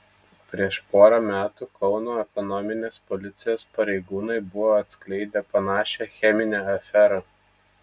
prieš porą metų kauno ekonominės policijos pareigūnai buvo atskleidę panašią cheminę aferą